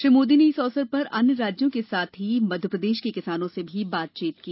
श्री मोदी ने इस अवसर पर अन्य राज्यों के साथ ही मध्यप्रदेश के किसानों से भी बातचीत की